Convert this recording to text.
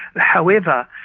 however,